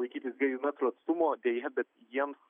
laikytis dviejų metrų atstumo deja bet jiems